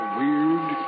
weird